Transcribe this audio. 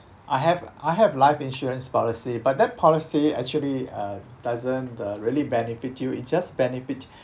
I have I have life insurance policy but that policy actually uh doesn't uh really benefit you it just benefit